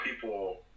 people